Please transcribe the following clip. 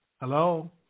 Hello